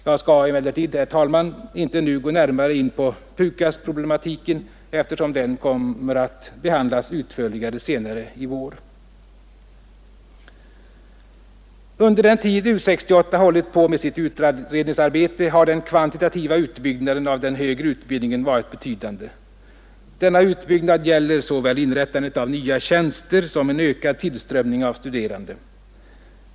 Jag skall emellertid, herr talman, inte nu gå närmare in på PUKAS-problematiken, eftersom den kommer att behandlas utförligare senare i vår. Under den tid U 68 hållit på med sitt utredningsarbete har den kvantitativa utbyggnaden av den högre utbildningen varit betydande. Denna utbyggnad gäller såväl inrättandet av nya tjänster som en ökad tillströmning av studerande.